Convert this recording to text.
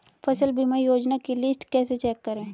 फसल बीमा योजना की लिस्ट कैसे चेक करें?